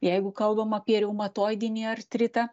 jeigu kalbam apie reumatoidinį artritą